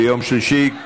יום שלישי,